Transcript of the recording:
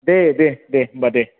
दे दे दे होमबा दे